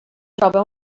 troba